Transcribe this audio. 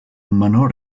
menor